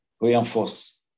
reinforce